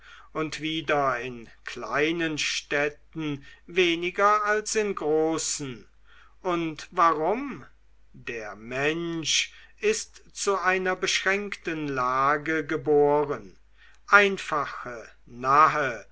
und wieder in kleinen städten weniger als in großen und warum der mensch ist zu einer beschränkten lage geboren einfache nahe